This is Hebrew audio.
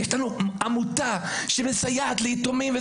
יש לנו עמותה שמסייעת ליתומים.